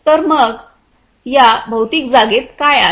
तर मग या भौतिक जागेत काय आहे